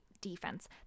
defense